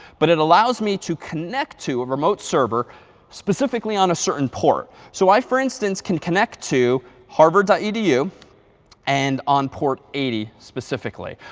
but it allows me to connect to a remote server specifically on a certain port. so i for instance, can connect to harvard dot edu and on port eighty specifically.